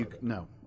No